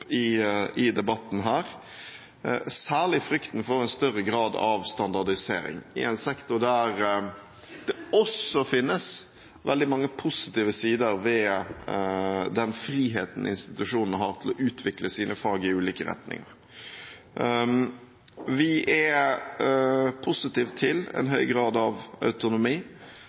opp i debatten, særlig frykten for en større grad av standardisering i en sektor der det også finnes veldig mange positive sider ved den friheten institusjonene har til å utvikle sine fag i ulike retninger. Vi er positive til en høy grad av autonomi.